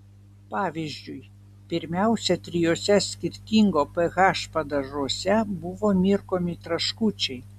pavyzdžiui pirmiausia trijuose skirtingo ph padažuose buvo mirkomi traškučiai